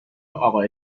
اقا